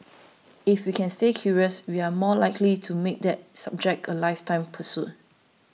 if we can stay curious we are more likely to make that subject a lifetime pursuit